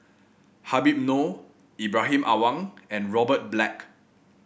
Habib Noh Ibrahim Awang and Robert Black